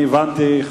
אני הבנתי,